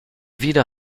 wieder